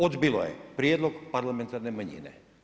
Odbilo je prijedlog parlamentarne manjine.